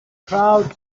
crowd